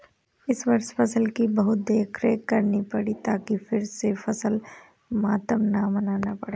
इस वर्ष फसल की बहुत देखरेख करनी पड़ी ताकि फिर से फसल मातम न मनाना पड़े